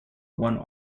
one